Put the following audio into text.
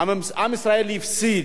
עם ישראל הפסיד.